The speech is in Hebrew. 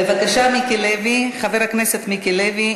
בבקשה, חבר הכנסת מיקי לוי.